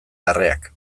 larreak